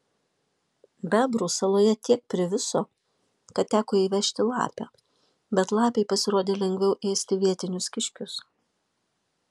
bebrų saloje tiek priviso kad teko įvežti lapę bet lapei pasirodė lengviau ėsti vietinius kiškius